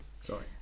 Sorry